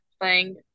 playing